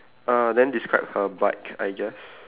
uh then describe her bike I guess